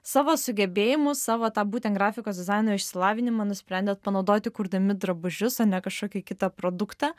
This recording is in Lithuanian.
savo sugebėjimus savo tą būten grafikos dizaino išsilavinimą nusprendėt panaudoti kurdami drabužius o ne kažkokį kitą produktą